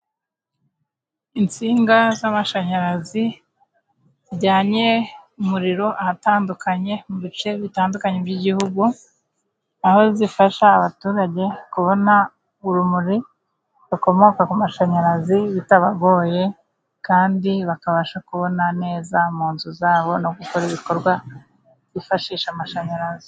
Insinga z'amashanyarazi zijyanye umuriro ahatandukanye mu bice bitandukanye by'igihugu, aho zifasha abaturage kubona urumuri rukomoka ku mashanyarazi bitabagoye kandi bakabasha kubona neza mu nzu zabo, no gukora ibikorwa byifashisha amashanyarazi.